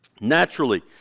Naturally